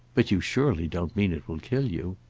but you surely don't mean it will kill you.